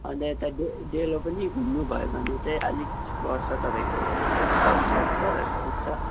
अन्त यता डेलो पनि घुम्नु भयो भने चाहिँ आलिक पर्छ तपाईँको तिन हजारहरू पुग्छ